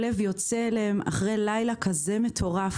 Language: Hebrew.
הלב יוצא אליהם אחרי לילה כזה מטורף,